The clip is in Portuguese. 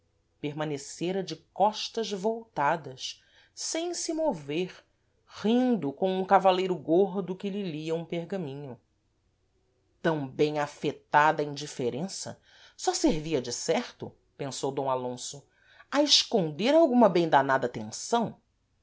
permanecera de costas voltadas sem se mover rindo com um cavaleiro gordo que lhe lia um pergaminho tam bem afectada indiferença só servia de certo pensou d alonso a esconder alguma bem danada tenção